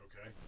Okay